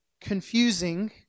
confusing